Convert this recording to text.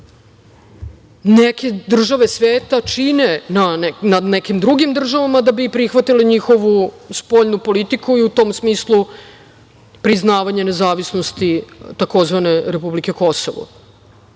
neke države sveta čine nad nekim drugim državama da bi prihvatile njihovu spoljnu politiku i u tom smislu priznavanje nezavisnosti tzv. republike Kosovo.